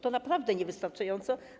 To naprawdę niewystarczające.